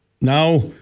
Now